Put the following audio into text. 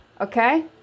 okay